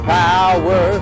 power